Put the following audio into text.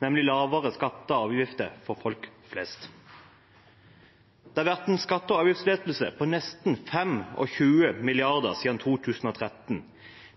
nemlig lavere skatter og avgifter for folk flest. Det har vært en skatte- og avgiftslettelse på nesten 25 mrd. kr siden 2013.